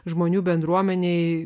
žmonių bendruomenėje